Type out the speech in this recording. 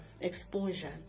exposure